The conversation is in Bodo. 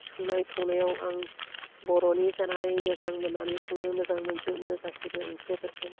संनाय खावनायाव आं बर'नि जानानै मोजां मोन्नानै संनो मोजां मोनजोबो गासिबो ओंख्रिफोरखौ